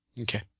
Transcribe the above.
Okay